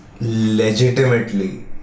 legitimately